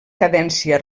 cadència